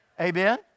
Amen